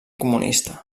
comunista